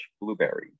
blueberry